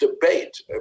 debate